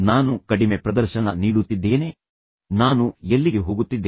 ನಾನು ಕಡಿಮೆ ಪ್ರದರ್ಶನ ನೀಡುತ್ತಿದ್ದೇನೆ ನಾನು ಏನು ಮಾಡುತ್ತಿದ್ದೇನೆ ನಾನು ಎಲ್ಲಿಗೆ ಹೋಗುತ್ತಿದ್ದೇನೆ